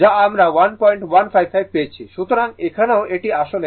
সুতরাং এখানেও এটি আসলে 1155